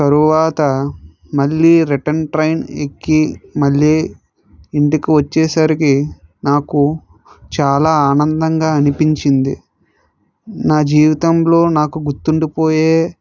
తరువాత మళ్ళీ return train ఎక్కి మళ్ళీ ఇంటికి వచ్చేసరికి నాకు చాలా ఆనందంగా అనిపించింది నా జీవితంలో నాకు గుర్తుండిపోయే